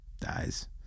Dies